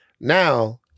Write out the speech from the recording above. Now